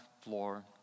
floor